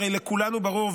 הרי לכולנו ברור,